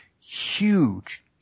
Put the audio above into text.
huge